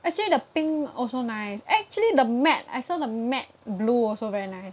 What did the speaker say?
actually the pink also nice actually the matte I saw the matte blue also very nice